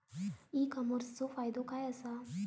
E कॉमर्सचो फायदो काय असा?